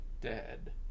dead